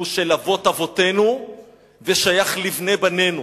שהוא של אבות-אבותינו ושייך לבני-בנינו.